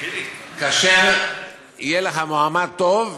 כאשר יהיה לך מועמד טוב,